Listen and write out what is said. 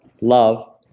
love